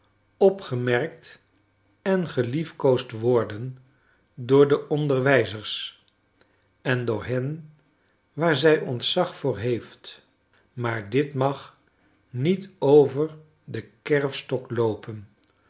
opgemerkt en geliefkoosd worden door de onderwijzers en door hen waar zij ontzag voor heeft maar dit mag niet over den kerfstok loopen